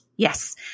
Yes